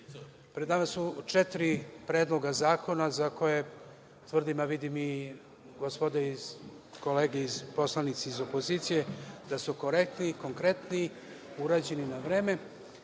pred nama su četiri predloga zakona za koje tvrdim, a vidim i gospoda, kolege, poslanici iz opozicije, da su korektni, konkretni, urađeni na vreme,